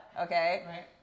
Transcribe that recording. okay